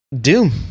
Doom